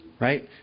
right